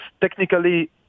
technically